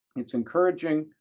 it's encouraging,